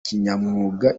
kinyamwuga